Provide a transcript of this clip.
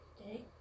Okay